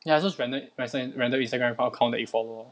ya it's just random inst~ random Instagram account that you follow